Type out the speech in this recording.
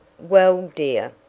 well, dear,